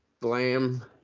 Blam